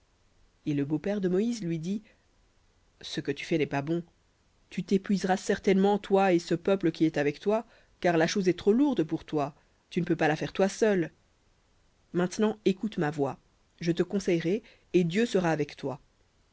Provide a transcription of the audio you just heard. et le beau-père de moïse lui dit ce que tu fais n'est pas bon tu t'épuiseras certainement toi et ce peuple qui est avec toi car la chose est trop lourde pour toi tu ne peux la faire toi seul maintenant écoute ma voix je te conseillerai et dieu sera avec toi